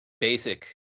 basic